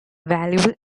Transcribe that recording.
valuable